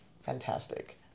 fantastic